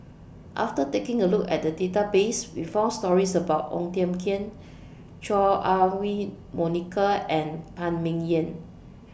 after taking A Look At The Database We found stories about Ong Tiong Khiam Chua Ah Huwa Monica and Phan Ming Yen